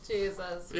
Jesus